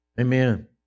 Amen